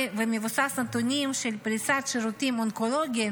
ומבוסס נתונים של פריסת שירותים אונקולוגיים,